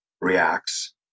reacts